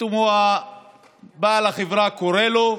פתאום בעל החברה קורא לו,